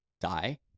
die